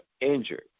injured